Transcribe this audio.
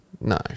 No